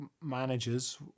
managers